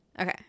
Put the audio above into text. Okay